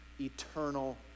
eternal